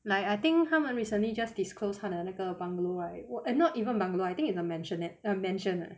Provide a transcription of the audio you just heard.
like I think 他们 recently just disclose 他的那个 bungalow right 我 and not even bungalow I think is a mansion eh uh mansion ah